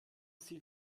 sie